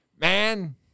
man